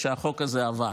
כשהחוק הזה עבר?